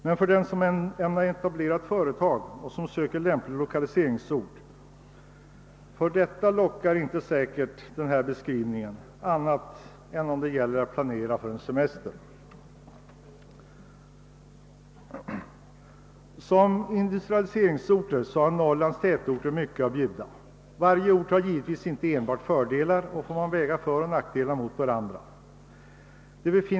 Men de som ämnar etablera företag och söker lämpliga lokaliseringsorter lockar inte denna beskrivning. Som industrialiseringsorter har Norrlands tätorter mycket att bjuda. Ingen ort har givetvis bara fördelar, och man får väga föroch nackdelarna mot varandra.